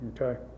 okay